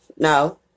No